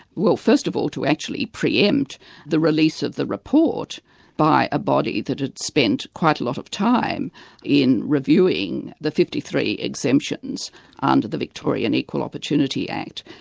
well first of all to actually pre-empt the release of the report by a body that had spent quite a lot of time in reviewing the fifty three exemptions under the victorian equal opportunity act,